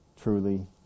truly